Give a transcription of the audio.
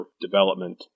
development